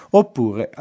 oppure